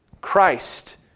Christ